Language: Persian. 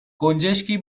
گنجشکی